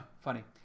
Funny